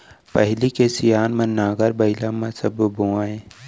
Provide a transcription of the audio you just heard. पहिली के सियान मन नांगर बइला म सब बोवयँ